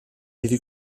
iddi